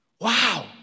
Wow